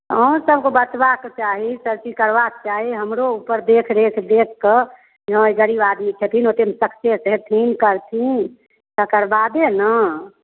अहूँसभके बचबाक चाही सभचीज करबाक चाही हमरो ऊपर देखरेख देखि कऽ हँ ई गरीब आदमी छथिन ओतेकमे सक्सेस हेथिन करथिन तकर बादे ने